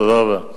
תודה רבה.